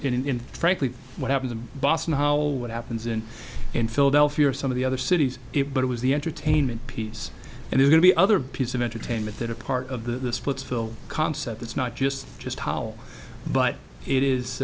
in frankly what happens in boston how what happens in in philadelphia or some of the other cities it but it was the entertainment piece and we're going to the other piece of entertainment that are part of the splitsville concept it's not just just how but it is